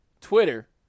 Twitter